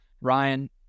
Ryan